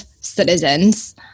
citizens